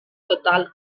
total